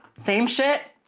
same shit.